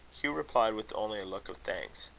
hugh replied with only a look of thanks.